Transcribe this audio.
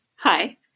Hi